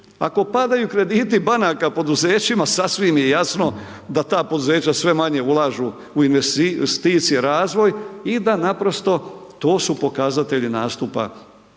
ako padaju krediti banaka poduzećima, sasvim je jasno da ta poduzeća sve manje ulažu u investicije, razvoj, i da naprosto to su pokazatelji nastupa